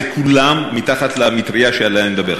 זה כולם מתחת למטרייה שעליה אני מדבר,